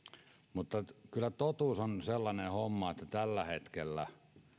mutta kyllä totuus on että tällä hetkellä